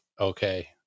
okay